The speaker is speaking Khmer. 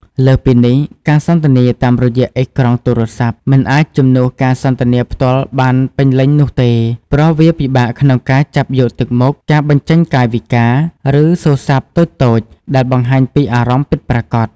លើសពីនេះ ការសន្ទនាតាមរយៈអេក្រង់ទូរស័ព្ទ មិនអាចជំនួសការសន្ទនាផ្ទាល់បានពេញលេញនោះទេ ព្រោះវាពិបាកក្នុងការចាប់យកទឹកមុខ ការបញ្ចេញកាយវិការ ឬសូរស័ព្ទតូចៗ ដែលបង្ហាញពីអារម្មណ៍ពិតប្រាកដ។